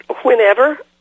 whenever